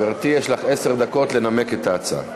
גברתי, יש לך עשר דקות לנמק את ההצעה.